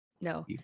No